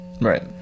right